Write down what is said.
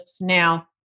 Now